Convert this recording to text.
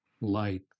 light